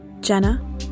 Jenna